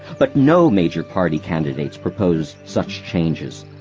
but no major party candidates proposed such changes.